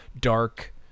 dark-